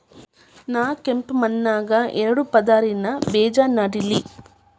ನಾ ಕೆಂಪ್ ಮಣ್ಣಾಗ ಎರಡು ಪದರಿನ ಬೇಜಾ ನೆಡ್ಲಿ?